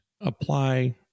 apply